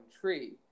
tree